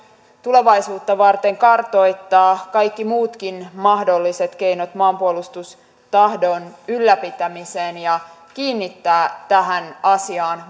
tulevaisuutta varten kartoittaa kaikki muutkin mahdolliset keinot maanpuolustustahdon ylläpitämiseen ja kiinnittää tähän asiaan